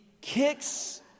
kicks